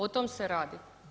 O tom se radi.